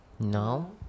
no